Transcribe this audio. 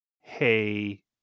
hey